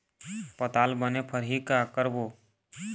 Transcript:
पताल बने फरही का करबो?